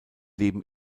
leben